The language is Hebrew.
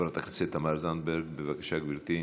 חברת הכנסת תמר זנדברג, בבקשה, גברתי,